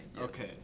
okay